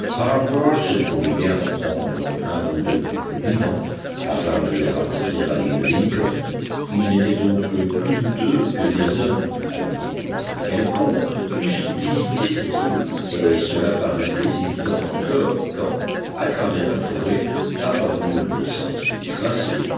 se promit bien d'en prendre un ou deux couples vivants afin de les rapporter à l'île lincoln il n'était donc plus douteux que des hommes à une époque quelconque eussent visité cet îlot et cela parut plus évident encore quand à travers la forêt apparurent des sentiers tracés